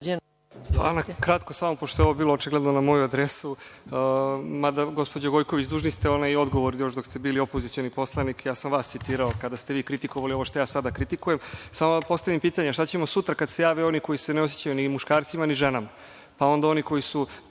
Kratko samo, pošto je ovo bilo očigledno na moju adresu, mada gospođo Gojković dužni ste onaj odgovor još dok ste bili opozicioni poslanik. Vas sam citirao kada ste vi kritikovali, ovo što ja sada kritikujem. Samo da vam postavim pitanje – šta ćemo sutra kada se jave oni koji se ne osećaju ni muškarcima ni ženama? Pa, onda oni koji su